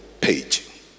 page